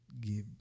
give